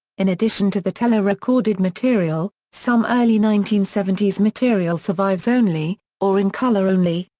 in addition to the telerecorded material, some early nineteen seventy s material survives only, or in color only,